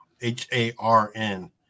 h-a-r-n